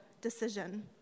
decision